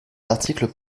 articles